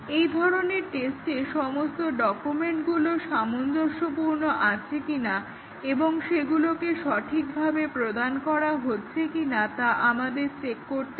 এই ধরনের টেস্টে সমস্ত ডকুমেন্টগুলো সামঞ্জস্যপূর্ণ আছে কিনা এবং সেগুলোকে সঠিকভাবে প্রদান করা হয়েছে কিনা তা আমাদের চেক করতে হয়